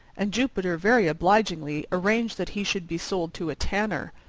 and jupiter very obligingly arranged that he should be sold to a tanner.